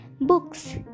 books